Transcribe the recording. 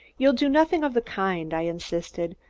you'll do nothing of the kind! i insisted.